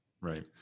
right